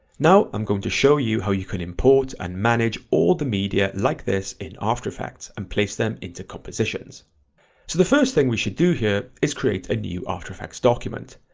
now i'm going to show you how you can import and manage all the media like this in after effects and place them into compositions. so the first thing we should do here is create a new after effects document.